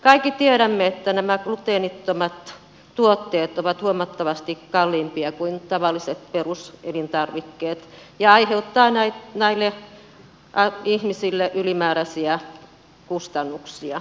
kaikki tiedämme että nämä gluteenittomat tuotteet ovat huomattavasti kalliimpia kuin tavalliset peruselintarvikkeet ja aiheuttavat näille ihmisille ylimääräisiä kustannuksia